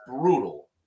brutal